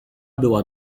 była